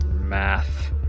Math